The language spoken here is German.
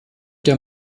der